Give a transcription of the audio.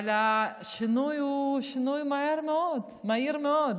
אבל השינוי הוא שינוי מהיר מאוד.